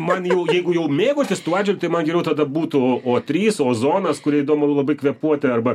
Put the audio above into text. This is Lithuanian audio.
man jau jeigu jau mėgautis tuo atžvilgiu tai man geriau tada būtų o trys ozonas kurį įdomu labai kvėpuoti arba